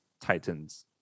titans